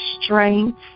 strength